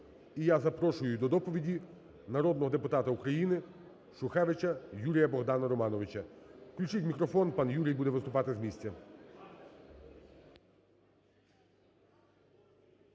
І я запрошую до доповіді народного депутата України Шухевича Юрія-Богдана Романовича. Включіть мікрофон, пан Юрій буде виступати з місця.